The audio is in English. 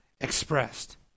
expressed